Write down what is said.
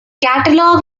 catalog